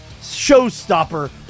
showstopper